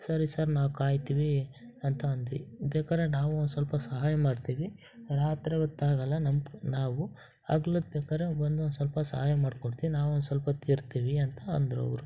ಸರಿ ಸರ್ ನಾವು ಕಾಯ್ತೀವಿ ಅಂತ ಅಂದ್ವಿ ಬೇಕಾದ್ರೆ ನಾವೂ ಒಂದು ಸ್ವಲ್ಪ ಸಹಾಯ ಮಾಡ್ತೀವಿ ರಾತ್ರಿ ಹೊತ್ತ್ ಆಗೋಲ್ಲ ನಮ್ಮ ನಾವು ಹಗ್ಲೊತ್ತ್ ಬೇಕಾದ್ರೆ ಬಂದು ಒಂದು ಸ್ವಲ್ಪ ಸಹಾಯ ಮಾಡ್ಕೊಡ್ತೀವಿ ನಾವು ಒಂದು ಸ್ವಲ್ಪ ಹೊತ್ತ್ ಇರ್ತೀವಿ ಅಂತ ಅಂದರು ಅವರು